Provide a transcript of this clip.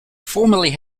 formerly